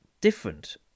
different